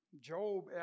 Job